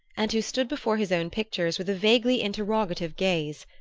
and who stood before his own pictures with a vaguely interrogative gaze,